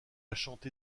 chanté